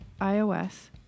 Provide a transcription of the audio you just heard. iOS